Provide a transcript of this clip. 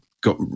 got